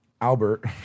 Albert